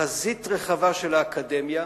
חזית רחבה של האקדמיה,